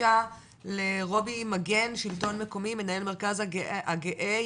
בבקשה לרובי מגן מנהל המרכז הגאה,